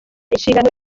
inshingano